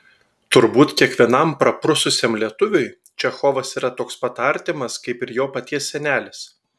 turbūt kiekvienam praprususiam lietuviui čechovas yra toks pat artimas kaip ir jo paties senelis